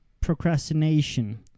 procrastination